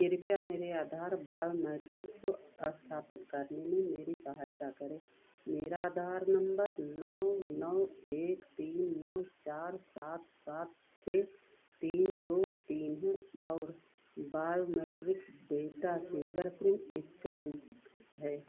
कृपया मेरे आधार बायोमेट्रिक्स को स्थापित करने में मेरी सहायता करें मेरा आधार नम्बर नौ नौ एक तीन नौ चार सात सात छह तीन दो तीन है और biometric data fingerprint scan है